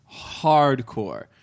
hardcore